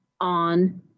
on